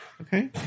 Okay